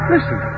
Listen